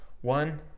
One